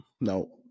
no